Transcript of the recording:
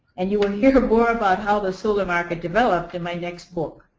and you will hear more about how the solar market developed in my next book.